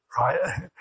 Right